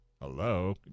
hello